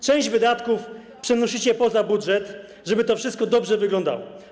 Część wydatków przenosicie poza budżet, żeby to wszystko dobrze wyglądało.